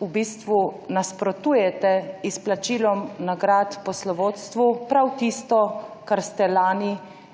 v bistvu nasprotujete izplačilom nagrad poslovodstvu, prav tisto, kar ste lani